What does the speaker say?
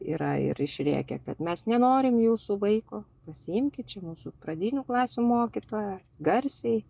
yra ir išrėkę kad mes nenorim jūsų vaiko pasiimkit čia mūsų pradinių klasių mokytoja garsiai